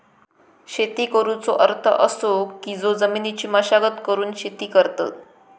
शेती करुचो अर्थ असो की जो जमिनीची मशागत करून शेती करतत